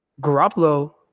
Garoppolo